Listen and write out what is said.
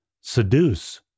seduce